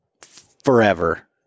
forever